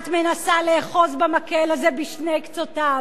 את מנסה לאחוז במקל הזה בשני קצותיו.